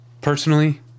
personally